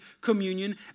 communion